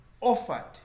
offered